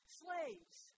slaves